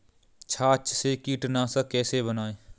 छाछ से कीटनाशक कैसे बनाएँ?